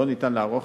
אין אפשרות לערוך